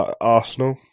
Arsenal